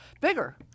bigger